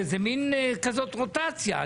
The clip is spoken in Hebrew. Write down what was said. זה מין כזאת רוטציה,